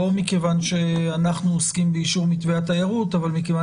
לא מכיוון שאנחנו עוסקים באישור מתווה התיירות אלא מכיוון